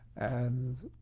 and,